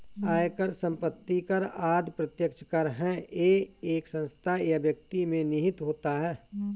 आयकर, संपत्ति कर आदि प्रत्यक्ष कर है यह एक संस्था या व्यक्ति में निहित होता है